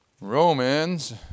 Romans